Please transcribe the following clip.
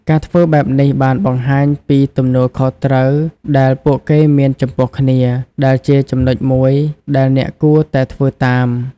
ការធ្វើបែបនេះបានបង្ហាញពីទំនួលខុសត្រូវដែលពួកគេមានចំពោះគ្នា ដែលជាចំណុចមួយដែលអ្នកគួរតែធ្វើតាម។